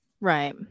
right